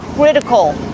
Critical